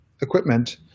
equipment